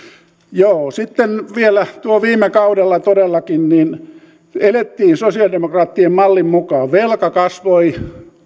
joo sitten vielä viime kaudella todellakin elettiin sosialidemokraattien mallin mukaan julkinen velka kasvoi